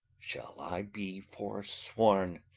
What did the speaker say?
shall i be forsworn